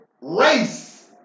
race